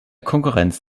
konkurrenz